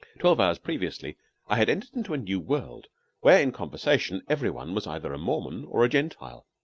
twelve hours previously i had entered into a new world where, in conversation, every one was either a mormon or a gentile.